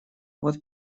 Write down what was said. вот